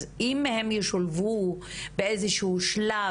אז אם הם ישולבו באיזה שהוא שלב,